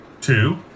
Two